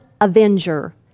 avenger